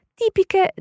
tipiche